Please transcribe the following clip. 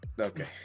Okay